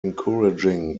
encouraging